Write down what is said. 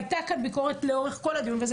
הייתה כאן ביקורת לאורך כל הדיון וזה